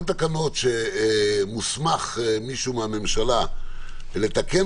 כל התקנות שמוסמך מישהו מהממשלה לתקן